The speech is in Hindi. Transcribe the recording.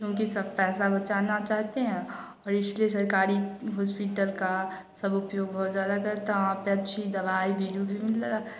क्योंकि सब पैसा बचाना चाहते हैं और इसलिए सरकारी हास्पिटल का सब उपयोग बहुत ज़्यादा करता है वहाँ पर अच्छी दवाई